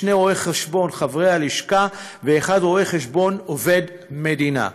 שני רואי-חשבון חברי הלשכה ורואה-חשבון אחד עובד מדינה.